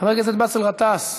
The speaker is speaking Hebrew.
חבר הכנסת באסל גטאס?